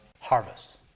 harvest